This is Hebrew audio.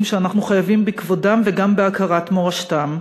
שאנחנו חייבים בכבודם וגם בהכרת מורשתם,